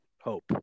hope